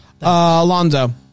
Alonzo